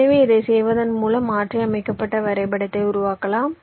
எனவே இதைச் செய்வதன் மூலம் மாற்றியமைக்கப்பட்ட வரைபடத்தை உருவாக்கலாம்